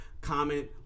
comment